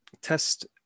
test